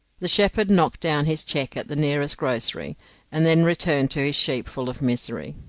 the shepherd knocked down his cheque at the nearest groggery and then returned to his sheep full of misery.